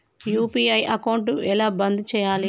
UPI account ఎలా బంద్ చేయాలి?